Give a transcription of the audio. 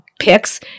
Picks